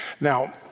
Now